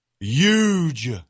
huge